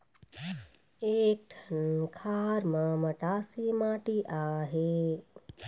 एक ठन खार म मटासी माटी आहे?